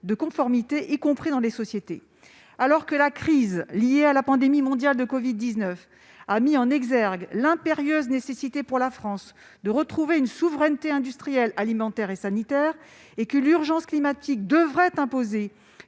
de conformité, y compris dans les sociétés. Alors que la crise liée à la pandémie mondiale de covid-19 a mis en exergue l'impérieuse nécessité de retrouver, en France, une souveraineté industrielle, alimentaire et sanitaire, et tandis que l'urgence climatique devrait imposer